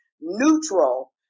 neutral